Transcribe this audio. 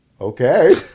okay